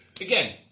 again